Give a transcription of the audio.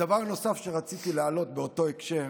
דבר נוסף שרציתי להעלות באותו הקשר,